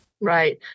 Right